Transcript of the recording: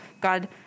God